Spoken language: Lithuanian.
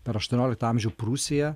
per aštuonioliktą amžių prūsija